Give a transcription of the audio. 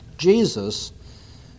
Jesus